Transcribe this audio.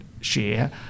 share